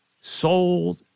sold